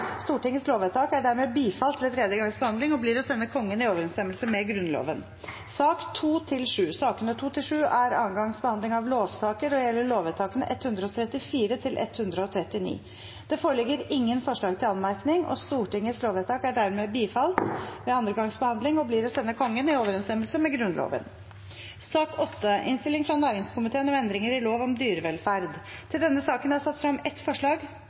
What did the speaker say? Stortingets lovvedtak er dermed bifalt ved tredje gangs behandling og blir å sende Kongen i overensstemmelse med Grunnloven. Sakene nr. 2–7 er andre gangs behandling av lover og gjelder lovvedtakene 134 til og med 139. Det foreligger ingen forslag til anmerkning. Stortingets lovvedtak er dermed bifalt ved andre gangs behandling og blir å sende Kongen i overensstemmelse med Grunnloven. Under debatten har Geir Pollestad satt frem et forslag